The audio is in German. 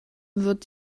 wird